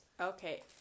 Okay